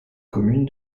commune